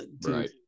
Right